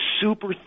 super